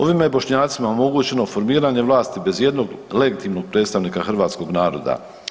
Ovime je Bošnjacima omogućeno formiranje vlasti bez jednog legitimnog predstavnika hrvatskog naroda.